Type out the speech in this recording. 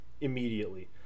immediately